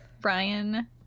Brian